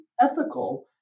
ethical